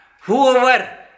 whoever